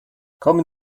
kommen